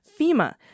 FEMA